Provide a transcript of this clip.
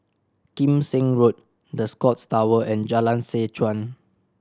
Kim Seng Road The Scotts Tower and Jalan Seh Chuan